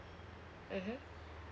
mmhmm